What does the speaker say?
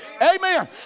amen